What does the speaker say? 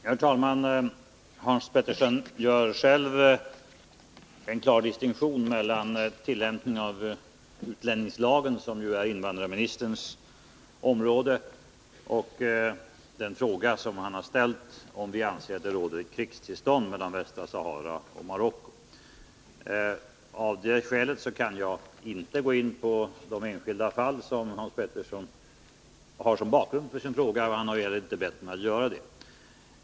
Herr talman! Hans Petersson i Hallstahammar gör själv en klar distinktion mellan tillämpningen av utlänningslagen, som ju är invandrarministerns område, och den fråga som han ställt, om vi anser att det råder ett krigstillstånd mellan Västra Sahara och Marocko. Jag kan inte gå in på det enskilda fall som Hans Petersson har som bakgrund till sin fråga, och han har inte heller bett mig att göra det.